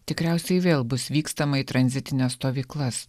tikriausiai vėl bus vykstama į tranzitines stovyklas